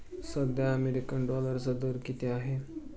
सध्या अमेरिकन डॉलरचा दर किती आहे?